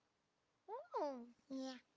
oh. yeah,